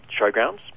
showgrounds